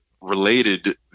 related